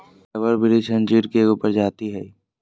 rubber वृक्ष अंजीर के एगो प्रजाति हइ